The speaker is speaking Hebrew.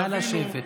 נא לשבת.